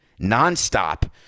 nonstop